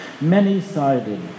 many-sided